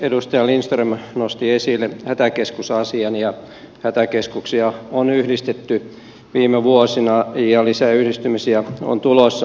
edustaja lindström nosti esille hätäkeskusasian ja hätäkeskuksia on yhdistetty viime vuosina ja lisää yhdistymisiä on tulossa